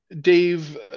Dave